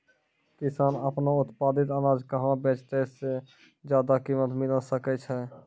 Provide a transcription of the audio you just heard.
किसान आपनो उत्पादित अनाज कहाँ बेचतै जे ज्यादा कीमत मिलैल सकै छै?